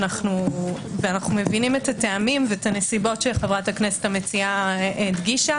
ואנו מבינים את הטעמים ואת הנסיבות שחברת הכנסת המציעה הדגישה